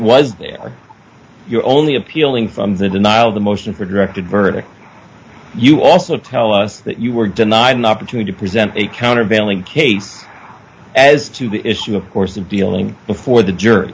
was there you're only appealing from the denial of the motion for directed verdict you also tell us that you were denied an opportunity to present a countervailing case as to the issue of course of dealing before the jur